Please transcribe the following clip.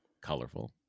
colorful